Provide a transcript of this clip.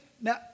Now